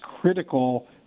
critical